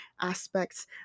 aspects